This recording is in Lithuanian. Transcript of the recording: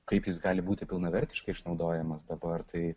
kaip jis gali būti pilnavertiškai išnaudojamas dabar tai